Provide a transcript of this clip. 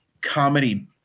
comedy